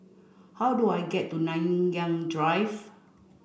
how do I get to Nanyang Drive